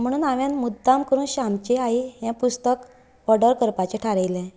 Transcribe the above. म्हणून हांवेन मुद्दम करून श्यामची आई हें पुस्तक ऑर्डर करपाचें थारायलें